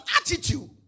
attitude